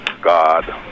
God